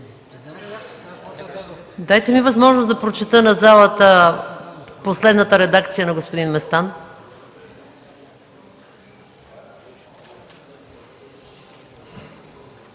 Дайте ми възможност да прочета на залата последната редакция на господин Местан.